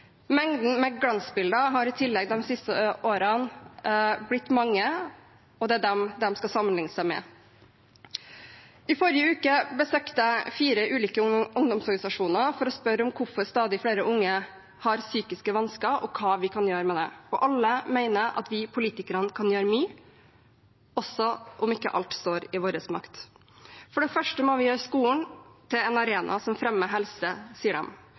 mengden med glansbilder de siste årene blitt stor, og det er dem de skal sammenligne seg med. I forrige uke besøkte jeg fire ulike ungdomsorganisasjoner for å spørre om hvorfor stadig flere unge har psykiske vansker, og hva vi kan gjøre med det. Alle mener at vi politikere kan gjøre mye, også om ikke alt står i vår makt. For det første må vi gjøre skolen til en arena som fremmer helse,